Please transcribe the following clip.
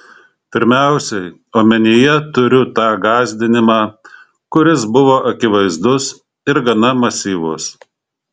pirmiausiai omenyje turiu tą gąsdinimą kuris buvo akivaizdus ir gana masyvus